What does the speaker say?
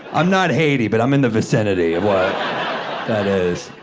i'm not haiti, but i'm in the vicinity of what that is.